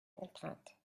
contraintes